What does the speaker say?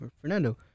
Fernando